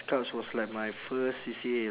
scouts was like my first C_C_A